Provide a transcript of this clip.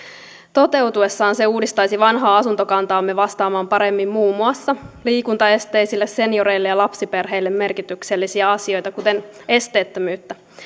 toteutuessaan se uudistaisi vanhaa asuntokantaamme vastaamaan paremmin muun muassa liikuntaesteisille senioreille ja lapsiperheille merkityksellisiä asioita kuten esteettömyyttä